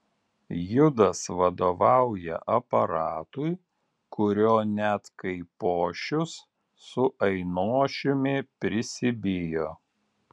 judas vadovauja aparatui kurio net kaipošius su ainošiumi prisibijo